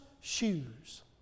shoes